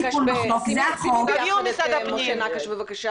תעלו בבקשה את משה נקש.